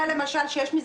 בקונצנזוס.